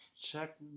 Check